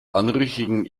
anrüchigen